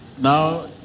now